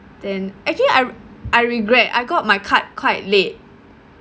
then actually I I regret I got my card quite late